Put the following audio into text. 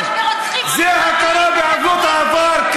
אתה תומך ברוצחים, זה הכרה בעוולות העבר.